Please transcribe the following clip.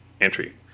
entry